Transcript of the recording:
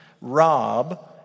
Rob